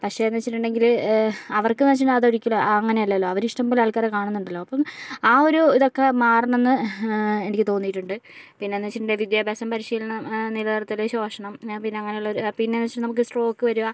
പക്ഷേന്ന് വച്ചിട്ടുണ്ടെങ്കില് അവർക്കെന്ന് വച്ചിട്ടുണ്ടെങ്കിൽ അത് ഒരിക്കലും അങ്ങനെ അല്ലല്ലോ അവര് ഇഷ്ടംപോലെ ആൾക്കാരെ കാണുന്നുണ്ടല്ലോ അപ്പം ആ ഒരു ഇതൊക്കെ മാറണമെന്ന് എനിക്ക് തോന്നിയിട്ടുണ്ട് പിന്നെന്ന് വച്ചിട്ടുണ്ടെങ്കിൽ വിദ്യാഭ്യാസം പരിശീലനം നിലനിർത്തല് ശോഷണം പിന്നെ അങ്ങനെയുള്ള പിന്നെന്ന് വച്ചിട്ടുണ്ടെങ്കിൽ നമുക്ക് സ്ട്രോക്ക് വരിക